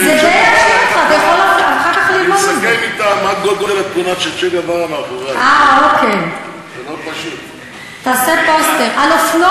אנחנו מסכמים על צ'ה גווארה, איך התמונה.